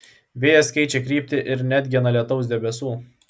vėjas keičia kryptį ir neatgena lietaus debesų